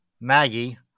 Maggie